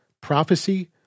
prophecy